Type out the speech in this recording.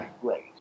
great